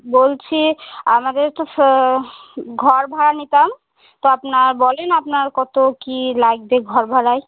বলছি আমাদের তো ঘর ভাড়া নিতাম তো আপনার বলুন আপনার কত কী লাগবে ঘর ভাড়ায়